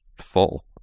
full